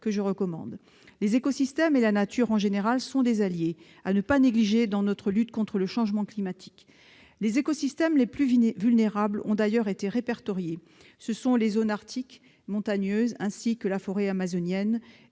la lecture de. Les écosystèmes et la nature en général sont des alliés à ne pas négliger dans notre lutte contre le changement climatique. Les écosystèmes les plus vulnérables ont d'ailleurs été répertoriés : ce sont les zones arctiques montagneuses, la forêt amazonienne